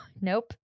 Nope